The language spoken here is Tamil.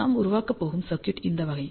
நாம் உருவாக்கப் போகும் சர்க்யூட் இந்த வகை